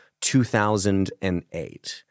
2008